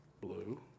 blue